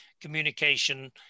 communication